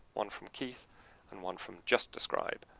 one from keith and one from just describe.